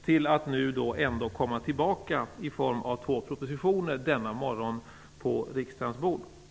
Nu kommer man ändå tillbaka med två propositioner denna morgon på riksdagens bord. Herr talman!